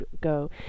go